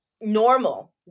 normal